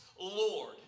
Lord